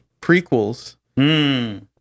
prequels